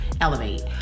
elevate